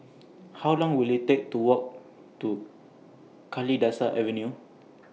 How Long Will IT Take to Walk to Kalidasa Avenue